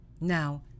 Now